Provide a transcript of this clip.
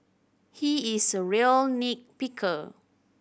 he is a real nit picker